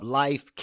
life